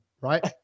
Right